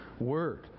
word